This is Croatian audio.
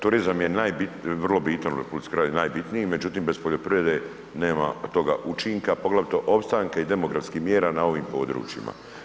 Turizam je vrlo bitan u RH najbitniji, međutim bez poljoprivrede nema toga učinka poglavito opstanka i demografskih mjera na ovim područjima.